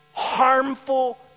harmful